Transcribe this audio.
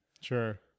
sure